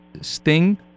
sting